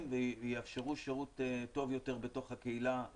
ויאפשרו שירות טוב יותר בתוך הקהילה למבוטחים.